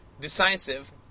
decisive